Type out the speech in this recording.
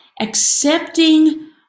accepting